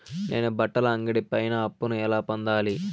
నేను బట్టల అంగడి పైన అప్పును ఎలా పొందాలి?